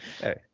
Hey